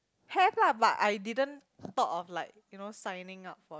have lah but I didn't thought of like you know signing up for